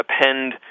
append